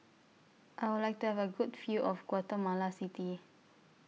I Would like to Have A Good View of Guatemala City